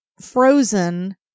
frozen